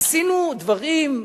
עשינו דברים,